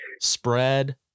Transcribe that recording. spread